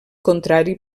contrari